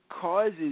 causes